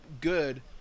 good